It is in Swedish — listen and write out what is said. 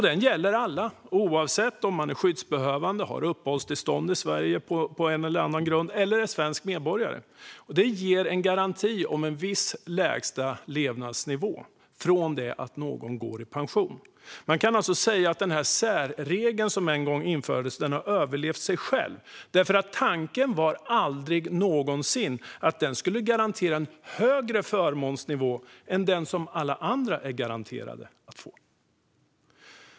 Det gäller alla, oavsett om man är skyddsbehövande, har uppehållstillstånd i Sverige på en eller annan grund eller är svensk medborgare. Det ger en garanti om en viss lägsta levnadsnivå från det att man går i pension. Denna särregel som en gång infördes kan alltså sägas ha överlevt sig själv, för tanken var aldrig någonsin att den skulle garantera en högre förmånsnivå än den som alla andra är garanterade att få.